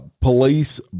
police